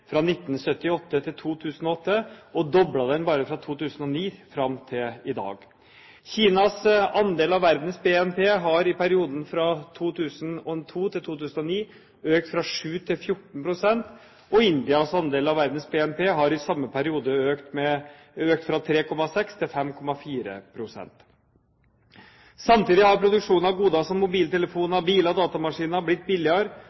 fra 1978 til 2008 og doblet det bare fra 2002 fram til i dag. Kinas andel av verdens BNP har i perioden 2002–2009 økt fra 7 pst. til 14 pst., og Indias andel av verdens BNP har i samme periode økt fra 3,6 pst. til 5,4 pst. Samtidig har produksjonen av goder som mobiltelefoner, biler og datamaskiner blitt billigere.